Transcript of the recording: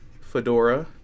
fedora